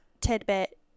tidbit